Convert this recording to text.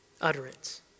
utterance